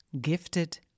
Gifted